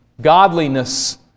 Godliness